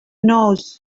knows